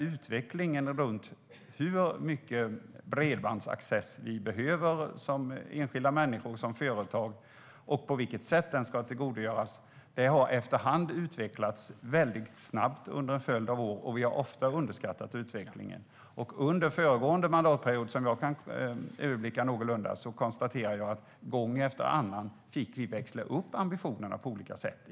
Utvecklingen av hur mycket bredbandsaccess hushåll och företag behöver har gått väldigt snabbt under en följd av år, och vi har ofta underskattat denna utveckling. Under föregående mandatperiod, som jag kan överblicka någorlunda, fick regeringen gång efter annan växla upp ambitionerna på olika sätt.